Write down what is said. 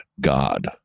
God